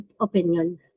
opinion